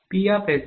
Ps0